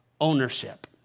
Ownership